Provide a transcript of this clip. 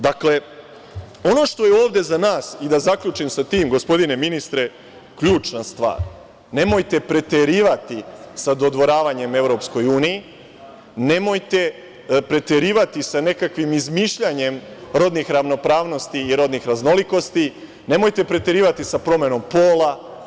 Dakle, ono što je ovde za nas, i da zaključim sa tim, gospodine ministre, ključna stvar, nemojte preterivati sa dodvoravanjem EU, nemojte preterivati sa nekakvim izmišljanjem rodnih ravnopravnosti i rodnih raznolikosti, nemojte preterivati sa promenom pola.